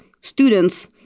students